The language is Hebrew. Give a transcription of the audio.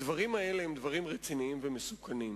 הדברים האלה הם רציניים ומסוכנים,